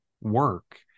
work